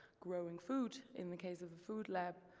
growing food, in the case of the food lab,